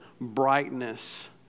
brightness